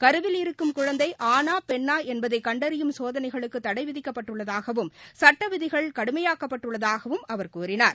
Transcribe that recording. கருவில் இருக்கும் குழந்தைஆணாபெண்ணாஎன்பதைகண்டறியும் சோதனைகளுக்குதடைவிதிக்கப்பட்டுள்ளதாகவும் சட்டவிதிகள் கடுமையாக்கப்பட்டுள்ளதாகவும் அவர் கூறினார்